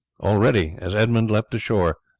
already, as edmund leapt ashore,